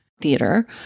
theater